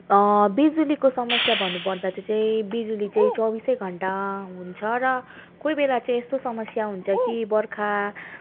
बिजुलीको समस्या भन्नुपर्दा चाहिँ चाहिँ बिजुली चाहिँ चौबिसै घन्टा हुन्छ र कोही बेला चाहिँ यस्तो समस्या हुन्छ कि बर्खा